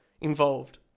involved